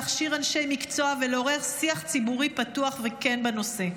להכשיר אנשי מקצוע ולעורר שיח ציבורי פתוח וכן בנושא.